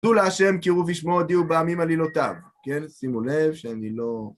הודו להשם קראו בשמו הודיעו בעמים עלילתיו. כן? שימו לב שאני לא...